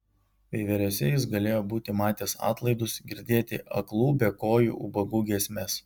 veiveriuose jis galėjo būti matęs atlaidus girdėti aklų bekojų ubagų giesmes